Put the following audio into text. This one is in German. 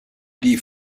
die